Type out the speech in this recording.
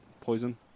poison